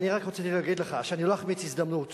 אני רק רציתי להגיד לך שאני לא אחמיץ הזדמנות